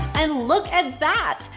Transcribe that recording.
and look at that!